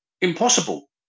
impossible